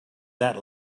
that